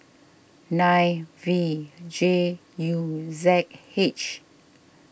nine V J U Z H